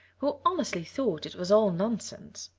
who honestly thought it was all nonsense.